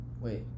Wait